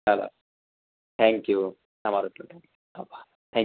ચાલો થેન્ક્યુ તમારો ખૂબ ખૂબ આભાર થેન્ક્યુ